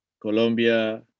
Colombia